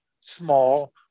small